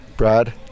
brad